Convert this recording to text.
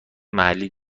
محلی